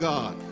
God